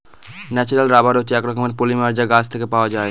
natural rubber হচ্ছে এক রকমের পলিমার যা গাছ থেকে পাওয়া যায়